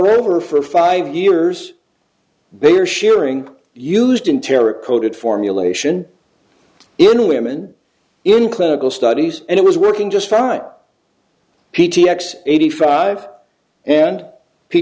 ver for five years they are sharing used in terror coated formulation in women in clinical studies and it was working just fine p t x eighty five and p